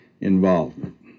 involvement